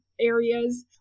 areas